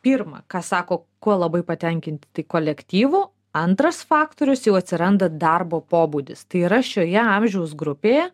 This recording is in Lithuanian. pirma ką sako kuo labai patenkinti tai kolektyvu antras faktorius jau atsiranda darbo pobūdis tai yra šioje amžiaus grupėje